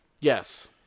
Yes